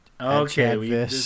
Okay